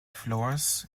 flowers